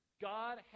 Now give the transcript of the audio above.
God